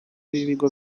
b’ibigo